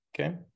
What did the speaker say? Okay